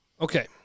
Okay